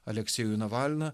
aleksejų navalną